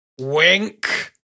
Wink